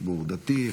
ציבור דתי,